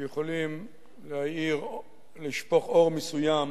שיכולים לשפוך אור מסוים